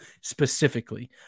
specifically